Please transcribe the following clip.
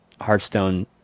Hearthstone